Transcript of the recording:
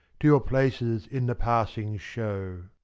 to your places in the passing show.